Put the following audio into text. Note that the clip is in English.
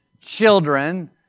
children